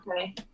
Okay